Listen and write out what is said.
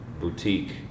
boutique